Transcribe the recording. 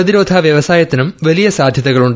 പ്രതിരോധ വ്യവസായത്തിനും വലിയ സാധ്യതകളുണ്ട്